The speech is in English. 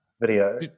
video